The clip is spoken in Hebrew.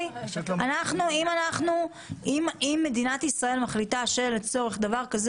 אם מדינת ישראל מחליטה שלצורך דבר כזה